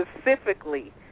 specifically